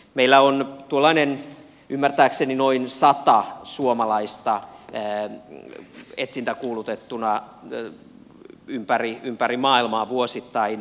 meillä on ymmärtääkseni noin sata suomalaista etsintäkuulutettuna ympäri maailmaa vuosittain